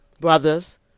brothers